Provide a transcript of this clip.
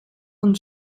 von